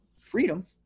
freedom